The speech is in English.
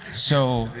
so